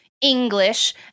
English